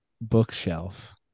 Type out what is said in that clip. bookshelf